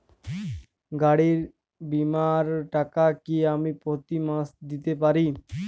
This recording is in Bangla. গাড়ী বীমার টাকা কি আমি প্রতি মাসে দিতে পারি?